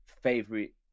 favorite